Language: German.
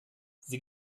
sie